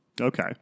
Okay